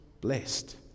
blessed